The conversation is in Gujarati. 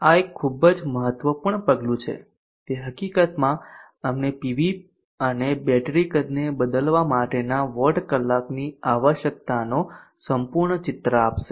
આ એક ખૂબ જ મહત્વપૂર્ણ પગલું છે તે હકીકતમાં અમને પીવી અને બેટરીને કદ બદલવા માટેના વોટ કલાકની આવશ્યકતાનો સંપૂર્ણ ચિત્ર આપશે